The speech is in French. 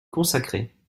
consacrer